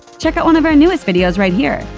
check out one of our newest videos right here!